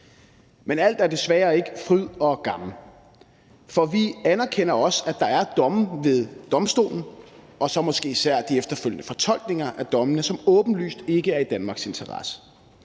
Men alt er desværre ikke fryd og gammen. For vi anerkender også, at der er domme ved domstolen og måske især de efterfølgende fortolkninger af dommene, som åbenlyst ikke er i Danmarks interesse.